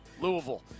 Louisville